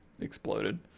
exploded